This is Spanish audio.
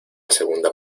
segunda